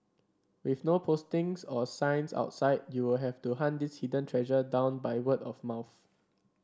with no postings or signs outside you will have to hunt this hidden treasure down by word of mouth